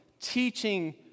teaching